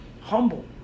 humble